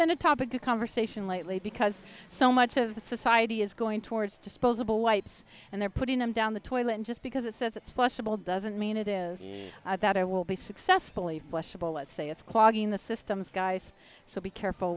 been a topic the conversation lately because so much of the society is going towards disposable wipes and they're putting them down the toilet and just because it says it's possible doesn't mean it is that i will be successfully flushable let's say it's clogging the systems guys so be careful